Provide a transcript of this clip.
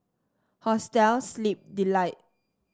Hostel Sleep Delight